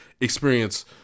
experience